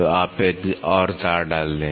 तो आप एक और तार डाल दें